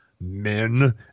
men